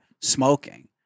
smoking